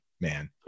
man